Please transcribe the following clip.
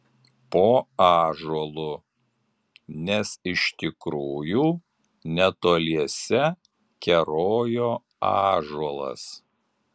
po ąžuolu nes iš tikrųjų netoliese kerojo ąžuolas